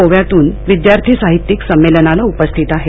गोव्यातूनही विद्यार्थ्यी साहित्यिक या संमेलनाला उपस्थित आहेत